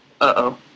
Uh-oh